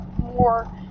more